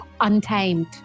Untamed